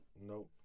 Nope